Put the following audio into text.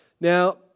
Now